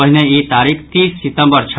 पहिने ई तारीख तीस सितंबर छल